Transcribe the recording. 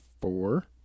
four